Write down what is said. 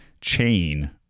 chain